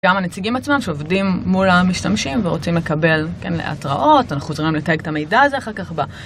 גם הנציגים עצמם שעובדים מול המשתמשים ורוצים לקבל, כן, להתראות, אנחנו עוזרים להם לתייג את המידע הזה אחר כך ב...